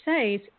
says